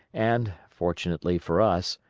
and, fortunately for us,